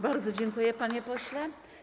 Bardzo dziękuję, panie pośle.